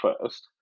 first